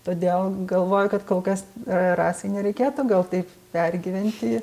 todėl galvoju kad kol kas rasai nereikėtų gal taip pergyventi